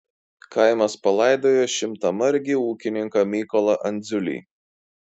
kaimas palaidojo šimtamargį ūkininką mykolą andziulį